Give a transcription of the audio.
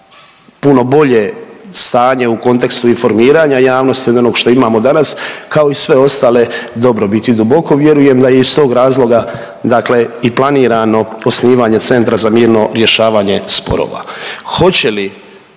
puno bolje stanje u kontekstu informiranja javnosti od onog što imamo danas, kao i sve ostale dobrobiti. Duboko vjerujem da je iz tog razloga dakle i planirano osnivanje Centra za mirno rješavanje sporova.